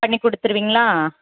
பண்ணிக் கொடுத்துருவீங்களா